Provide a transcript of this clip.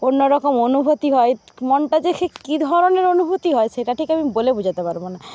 অন্যরকম অনুভূতি হয় মনটা যে কি ধরণের অনুভূতি হয় সেটা ঠিক আমি বলে বোঝাতে পারবো না